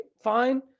Fine